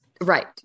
Right